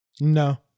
No